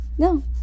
No